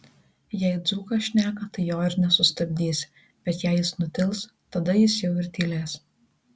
jei dzūkas šneka tai jo ir nesustabdysi bet jei jis nutils tada jis jau ir tylės